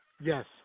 Yes